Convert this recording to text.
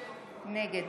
נגד